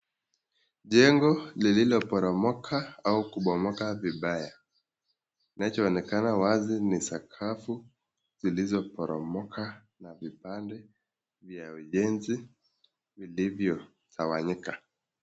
Jengo lililoporomoka au kubomoka vibaya. Kinachoonekana wazi ni sakafu zilizoporomoka na vipande vya ujenzi vilivyotawanyika.